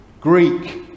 Greek